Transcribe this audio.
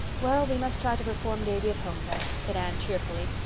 well, we must try to reform davy at home then, said anne cheerfully.